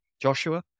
Joshua